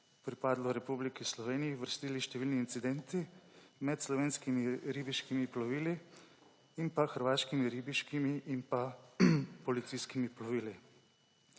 pripadlo Republiki Sloveniji, vrstili številni incidenti med slovenskimi ribiškimi plovili in hrvaškimi ribiškimi in policijskimi plovili.